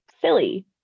silly